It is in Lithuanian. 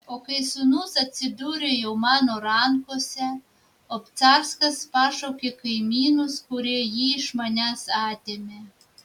o kai sūnus atsidūrė jau mano rankose obcarskas pašaukė kaimynus kurie jį iš manęs atėmė